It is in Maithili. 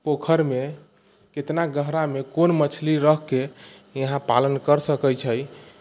पोखरमे कितना गहरामे कोन मछली रखके यहाँ पालन कर सकै छै